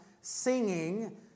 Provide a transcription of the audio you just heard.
singing